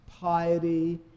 piety